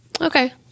Okay